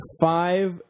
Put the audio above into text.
five